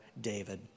David